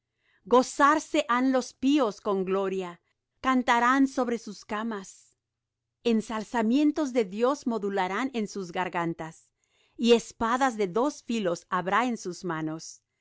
gozarse han los píos con gloria cantarán sobre sus camas ensalzamientos de dios modularán en sus gargantas y espadas de dos filos habrá en sus manos